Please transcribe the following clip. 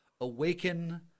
awaken